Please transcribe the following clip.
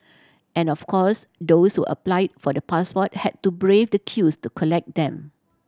and of course those who apply for the passport had to brave the queues to collect them